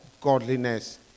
godliness